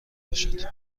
باشد